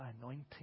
anointing